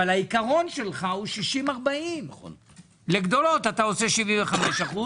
אבל העיקרון שלך הוא 60-40. לגדולות אתה עושה 75%,